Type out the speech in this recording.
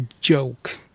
joke